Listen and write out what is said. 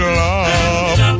love